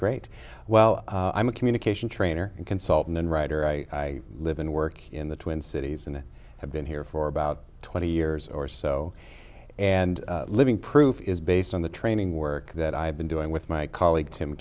great well i'm a communication trainer and consultant and writer i live and work in the twin cities and have been here for about twenty years or so and living proof is based on the training work that i've been doing with my colleague tim